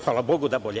Hvala Bogu da je bolje.